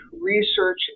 research